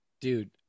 dude